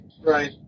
Right